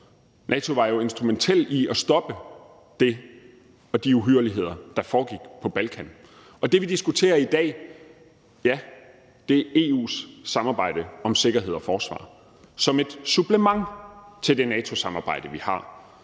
NATO var jo instrumentel i at stoppe de uhyrligheder, der foregik på Balkan. Det, vi diskuterer i dag, er EU's samarbejde om sikkerhed og forsvar som et supplement til det NATO-samarbejde, vi har.